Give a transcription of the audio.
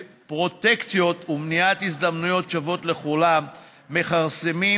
פרוטקציות ומניעת הזדמנויות שוות לכולם מכרסמות